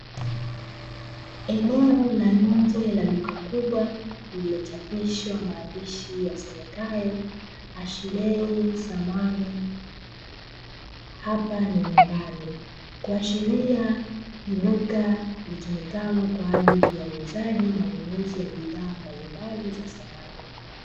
Eneo la nje la duka kubwa, lililochapishwa maandishi yasomekayo "Ashley samani" hapa ni nyumbani kuashiria ni duka litumikalo kwa ajili ya uuzaji na ununuzi wa bidhaa mbalimbali za samani.